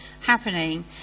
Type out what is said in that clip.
happening